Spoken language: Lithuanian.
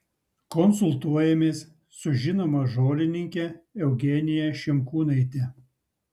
konsultuojamės su žinoma žolininke eugenija šimkūnaite